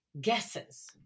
guesses